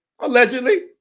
allegedly